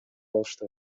алышты